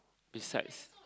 besides